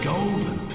Golden